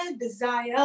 desire